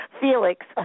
Felix